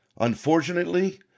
Unfortunately